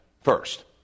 first